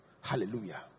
Hallelujah